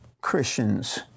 Christians